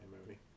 movie